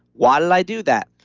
why did i do that?